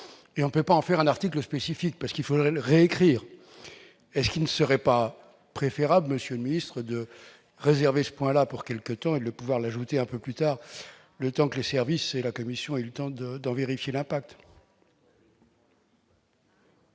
et on peut pas en faire un article spécifique parce qu'il faudrait réécrire et ce qui ne serait pas préférable Monsieur le Ministre, de réserver ce là pour quelque temps, et le pouvoir, l'ajouter un peu plus tard, le temps que le service et la Commission et le temps de d'en vérifier l'impact.